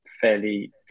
fairly